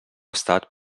estat